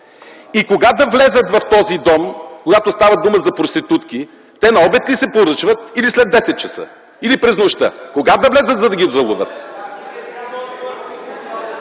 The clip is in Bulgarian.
И кога да влязат в този дом, когато става дума за проститутки? Те на обед ли се поръчват или след 10 ч.? Или през нощта? Кога да влязат, за да ги заловят?